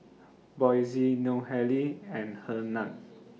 Boysie Nohely and Hernan